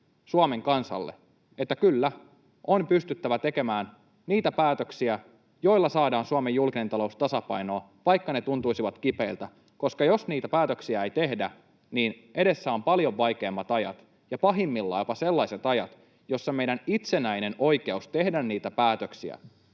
Suomen kansalle, että on pystyttävä tekemään niitä päätöksiä, joilla saadaan Suomen julkinen talous tasapainoon, vaikka ne tuntuisivat kipeiltä. Jos niitä päätöksiä ei tehdä, niin edessä on paljon vaikeammat ajat ja pahimmillaan jopa sellaiset ajat, joissa meidän itsenäinen oikeus tehdä niitä päätöksiä,